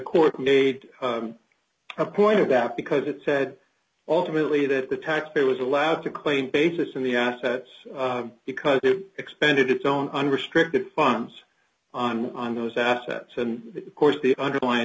court made a point of that because it said ultimately that the taxpayer was allowed to claim basis in the assets because they expended its own unrestricted funds on on those assets and of course the underlying